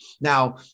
now